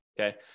Okay